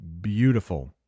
beautiful